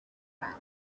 round